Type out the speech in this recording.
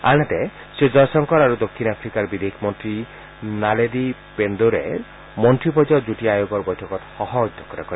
আনহাতে শ্ৰীজয়শংকৰ আৰু দক্ষিণ আফ্ৰিকাৰ বিদেশ মন্ত্ৰী নালেডি পেণ্ডোৰে মন্ত্ৰী পৰ্যায়ৰ যুটীয়া আয়োগৰ বৈঠকত সহ অধ্যক্ষতা কৰে